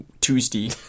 Tuesday